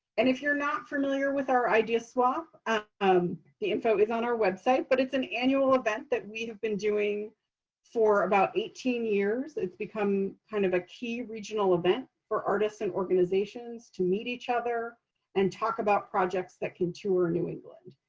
and if you're not familiar with our idea swap, um the info is on our website. but it's an annual event that we have been doing for about eighteen years. it's become kind of a key regional event for artists and organizations to meet each other and talk about projects that can tour new england.